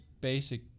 basic